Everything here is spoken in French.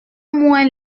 moins